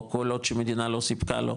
או כל עוד שמדינה לא סיפקה לו,